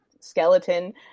skeleton